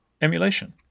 emulation